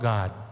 God